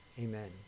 amen